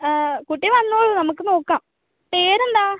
കുട്ടി വന്നോളൂ നമുക്ക് നോക്കാം പേര് എന്താണ്